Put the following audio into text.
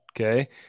Okay